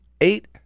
Eight